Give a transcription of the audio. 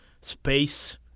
space